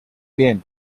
bin